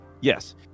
Yes